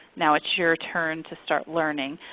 now it's your turn to start learning.